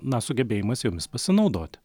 na sugebėjimas jomis pasinaudot